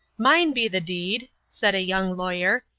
mine be the deed, said a young lawyer,